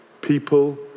people